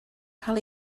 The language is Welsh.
cael